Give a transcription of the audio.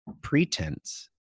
pretense